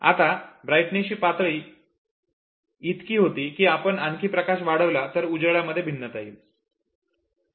आत्ता ब्राइटनेसची पातळी इतकी होती की आपण आणखी प्रकाश वाढवला तर उजेडामध्ये भिन्नता येईल